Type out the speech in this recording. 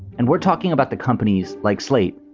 and we're talking about the companies like slate,